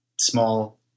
small